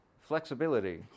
flexibility